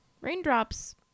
Raindrops